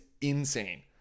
insane